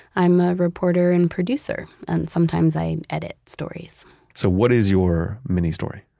i'm a reporter and producer, and sometimes i edit stories so what is your mini-story?